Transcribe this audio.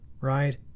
right